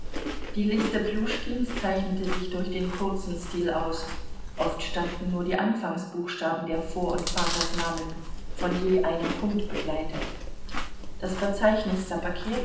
die liste pljuschkins zeichnete sich durch den kurzen stil aus oft standen nur die anfangsbuchstaben der vor und vatersnamen von je einem punkte begleitet das verzeichnis